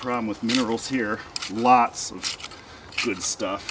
problem with new rules here lots of kid stuff